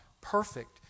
perfect